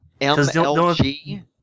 MLG